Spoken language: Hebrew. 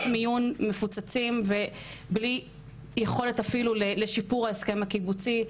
מיון מפוצצים ובלי יכולת אפילו לשיפור ההסכם הקיבוצי שלהן,